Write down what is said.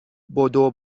بدو